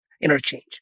interchange